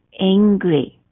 angry